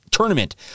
tournament